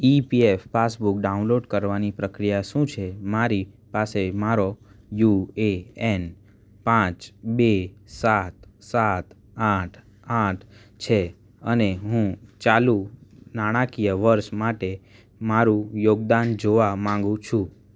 ઇ P F passbook download કરવાની પ્રક્રિયા શું છે મારી પાસે મારો યુ એ એન પાંચ બે સાત સાત આઠ આઠ છે અને હું ચાલુ નાણાકીય વર્ષ માટે મારું યોગદાન જોવા માંગુ છું